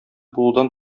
булудан